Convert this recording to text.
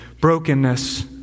brokenness